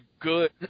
good